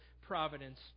providence